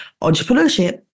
entrepreneurship